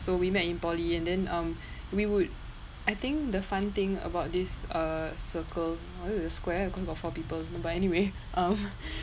so we met in poly and then um we would I think the fun thing about this uh circle or was it a square because got four people but anyway um